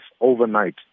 overnight